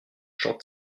j’en